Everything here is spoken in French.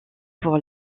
pour